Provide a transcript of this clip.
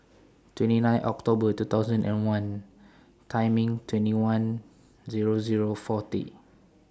twenty nine October two thousand and one Time in twenty one Zero Zero forty